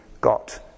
got